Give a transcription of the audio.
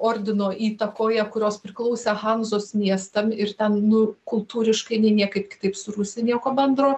ordino įtakoje kurios priklausė hanzos miestam ir ten nu kultūriškai nei niekaip kitaip su rusija nieko bendro